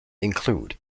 include